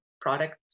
product